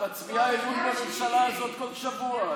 את מצביעה אמון בממשלה הזאת בכל שבוע.